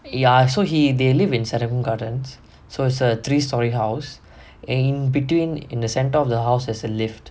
ya so he they live in serangoon gardens so is a three storey house and in between in the centre of the house is a lift